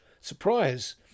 Surprise